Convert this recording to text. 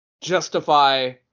justify